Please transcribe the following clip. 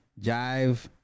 jive